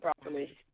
properly